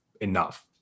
enough